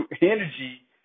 energy